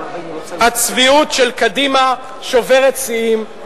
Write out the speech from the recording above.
הצביעות של קדימה שוברת שיאים.